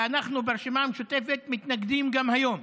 ואנחנו ברשימה המשותפת מתנגדים גם היום.